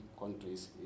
countries